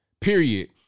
Period